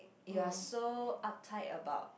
you are so uptight about